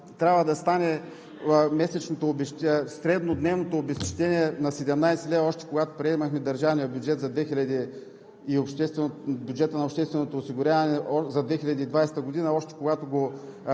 трябва да стане средно дневното обезщетение на 17 лв., още когато приемахме държавния бюджет на